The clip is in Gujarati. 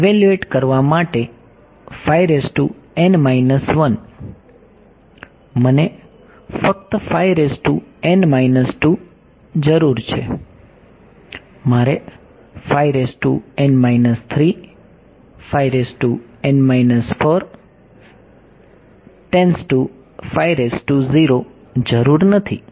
ઇવેલ્યુએટ કરવા માટે મને ફક્ત જરૂર છે મારે જરૂર નથી